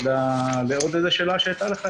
ואיזה עוד שאלה הייתה לך?